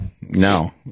No